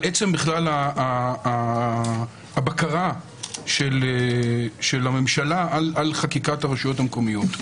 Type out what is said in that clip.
בכלל על עצם הבקרה של הממשלה על חקיקת הרשויות המקומיות.